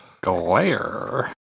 Glare